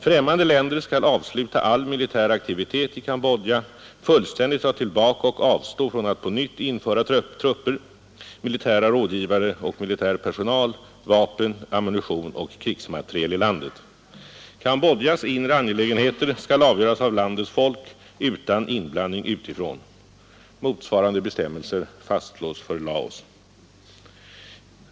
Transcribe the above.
Främmande länder skall avsluta all militär aktivitet i Cambodja, fullständigt dra tillbaka och avstå från att på nytt införa trupper, militära rådgivare och militär personal, vapen, ammunition och krigsmateriel i landet. Cambodjas inre angelägenheter skall avgöras av landets folk utan inblandning utifrån. Motsvarande bestämmelser fastslås för Laos.